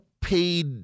paid